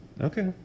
Okay